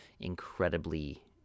incredibly